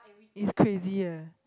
is crazy eh